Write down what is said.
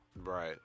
Right